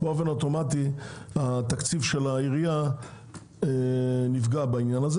לדוגמה תקציב העירייה נפגע באופן אוטומטי.